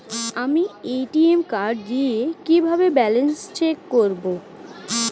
আমি ATM card দিয়ে কিভাবে ব্যালেন্স চেক করব?